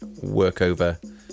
workover